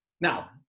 Now